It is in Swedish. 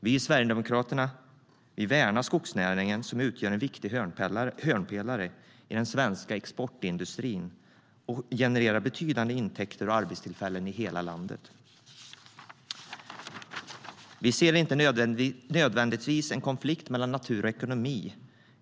Vi i Sverigedemokraterna värnar skogsnäringen, som utgör en viktig hörnpelare i den svenska exportindustrin och genererar betydande intäkter och arbetstillfällen i hela landet. Vi ser inte nödvändigtvis en konflikt mellan natur och ekonomi.